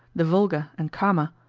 the volga and kama,